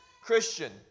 Christian